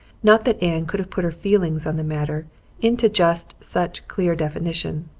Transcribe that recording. not that anne could have put her feelings on the matter into just such clear definition.